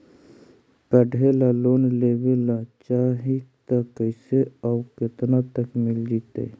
पढ़े ल लोन लेबे ल चाह ही त कैसे औ केतना तक मिल जितै?